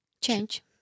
Change